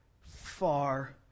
far